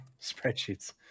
Spreadsheets